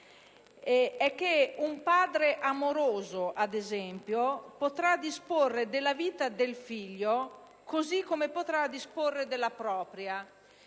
che un padre amorevole possa disporre della vita del figlio così come potrà disporre della propria: